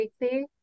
weekly